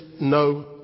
no